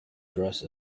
dress